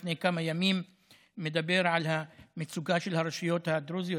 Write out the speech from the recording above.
מדבר לפני כמה ימים בהפגנה על המצוקה של הרשויות הדרוזיות,